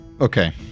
Okay